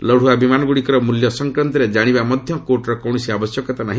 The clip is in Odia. ଲଢ଼ୁଆ ବିମାନ ଗୁଡ଼ିକର ମୂଲ୍ୟ ସଂକ୍ରାନ୍ତରେ ଜାଣିବା ମଧ୍ୟ କୋର୍ଟର କୌଣସି ଆବଶ୍ୟକତା ନାହି